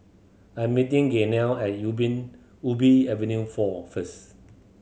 I'm meeting Gaynell at Ubi Avenue Four first